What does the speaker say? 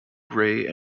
gray